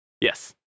Yes